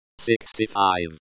sixty-five